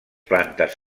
plantes